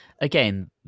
again